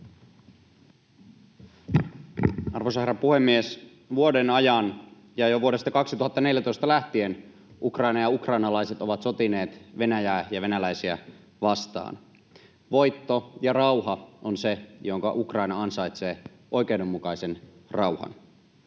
Arvoisa herra puhemies! Vuoden ajan ja jo vuodesta 2014 lähtien Ukraina ja ukrainalaiset ovat sotineet Venäjää ja venäläisiä vastaan. Voitto ja rauha on se, minkä Ukraina ansaitsee, oikeudenmukainen rauha.